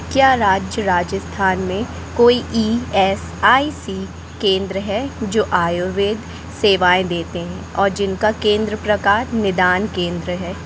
क्या राज्य राजस्थान में कोई ई एस आई सी केंद्र हैं जो आयुर्वेद सेवाएँ देते हैं और जिनका केंद्र प्रकार निदान केंद्र है